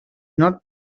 not